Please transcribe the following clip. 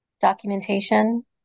documentation